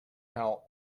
how